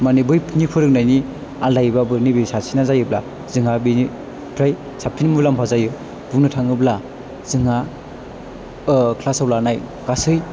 माने बै फोरोंनायनि आलदायैबाबो नैबे सासेना जायोब्ला जोंहा बेनिफ्राय साबसिन मुलाम्फा जायो बुंनो थाङोब्ला जोंहा क्लास आव लानाय गासै